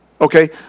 Okay